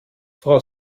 frau